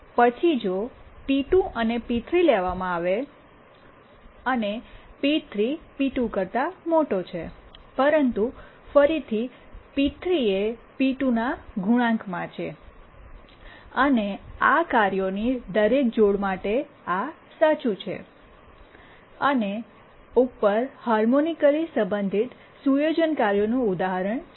પછી જો p2 P two અને p3 પીથ્રી લેવામાં આવે અને p3 પીથ્રી p2 પીટુ કરતા મોટો છે પરંતુ ફરીથી p3 પીથ્રી એ p2 પીટુ ના ગુણાંકમાં છે અને આ કાર્યોને દરેક જોડ માટે આ સાચું છે અને ઉપર હાર્મોનિકલી સંબંધિત સુયોજન કાર્યોનું ઉદાહરણ છે